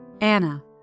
Anna